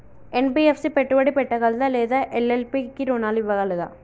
NBFC పెట్టుబడి పెట్టగలదా లేదా ఎల్.ఎల్.పి కి రుణాలు ఇవ్వగలదా?